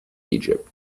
egypt